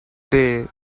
day